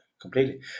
completely